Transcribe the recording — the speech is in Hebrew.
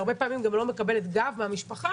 והרבה פעמים גם לא מקבלת גב מהמשפחה,